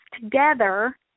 together